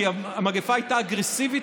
כי המגפה הייתה אגרסיבית,